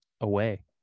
away